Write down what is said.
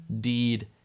deed